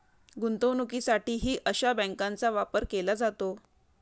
गुंतवणुकीसाठीही अशा बँकांचा वापर केला जातो